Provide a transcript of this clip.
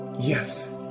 Yes